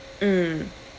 mm